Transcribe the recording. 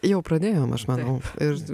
jau pradėjom aš manau ir